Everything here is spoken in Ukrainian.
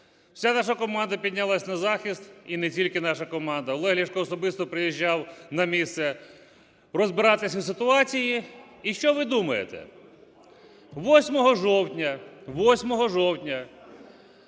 Вся наша команда піднялася на захист, і не тільки наша команда, Олег Ляшко особисто приїжджав на місце розбиратися із ситуацією. І що ви думаєте, 8 жовтня